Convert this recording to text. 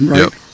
Right